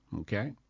okay